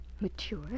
mature